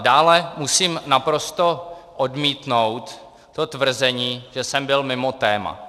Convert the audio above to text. Dále musím naprosto odmítnout to tvrzení, že jsem byl mimo téma.